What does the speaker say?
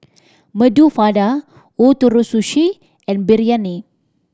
Medu Vada Ootoro Sushi and Biryani